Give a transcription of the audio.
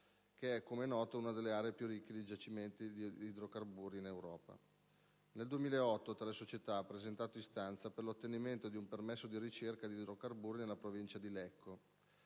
che è, com'è noto, una delle aree più ricche di giacimenti di idrocarburi in Europa. Nel 2008 tale società ha presentato istanza per l'ottenimento di un permesso di ricerca di idrocarburi nella provincia di Lecco.